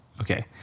Okay